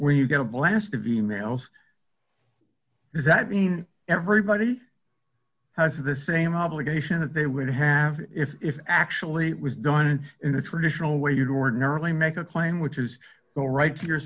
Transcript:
when you get a blast of e mails does that mean everybody has the same obligation that they would have if if actually it was done in a traditional way you'd ordinarily make a claim which is go right to your